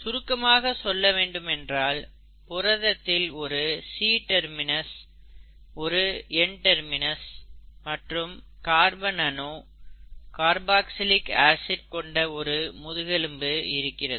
சுருக்கமாக சொல்ல வேண்டுமென்றால் புரதத்தில் ஒரு C டெர்மினஸ் ஒரு N டெர்மினஸ் மற்றும் கார்பன் அணு கர்பாக்ஸிலிக் ஆசிட் கொண்ட ஒரு முதுகெலும்பு இருக்கிறது